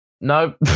no